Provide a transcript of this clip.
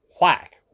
Whack